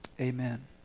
amen